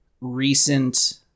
recent